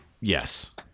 Yes